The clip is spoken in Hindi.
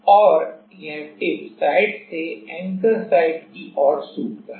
और यह टिप साइट से एंकर साइट की ओर सूखता है